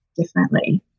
Differently